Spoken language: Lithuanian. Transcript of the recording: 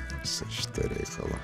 viso šito reikalo